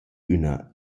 üna